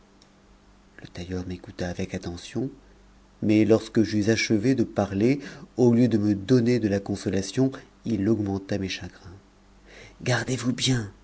le tailleur m'écouta avec attention mais lorsque j'eus achevé de parler au lieu de me donner de la consolation il augmenta mes chagrins gardez-vous bien